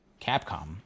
Capcom